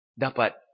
Dapat